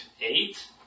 eight